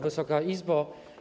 Wysoka Izbo!